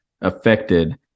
affected